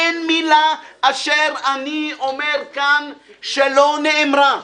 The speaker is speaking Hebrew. אין מילה אשר אני אומר כאן שלא נאמרה.